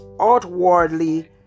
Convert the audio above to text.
outwardly